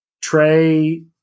Trey